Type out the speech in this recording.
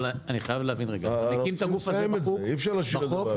אבל להקים את הגוף הזה בחוק,